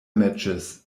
matches